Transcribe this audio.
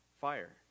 fire